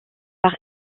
par